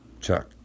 Chuck